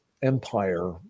Empire